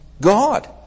God